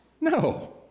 No